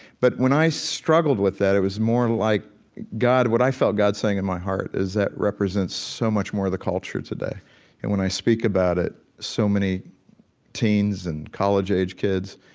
but when i struggled with that, it was more like god what i felt god saying in my heart is that represents so much more of the culture today. and when i speak about it, so many teens and college-age kids,